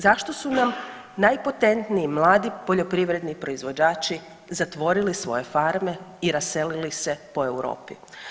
Zašto su nam najpotentniji mladi poljoprivredni proizvođači zatvorili svoje farme i raselili se po Europi?